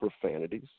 profanities